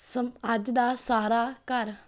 ਅੱਜ ਦਾ ਸਾਰਾ ਘਰ